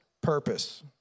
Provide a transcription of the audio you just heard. purpose